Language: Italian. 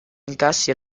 incassi